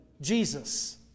Jesus